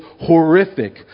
horrific